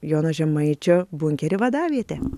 jono žemaičio bunkerį vadavietę